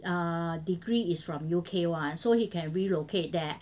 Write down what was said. err degree is from U_K [one] so he can relocate there